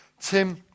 Tim